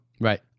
right